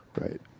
Right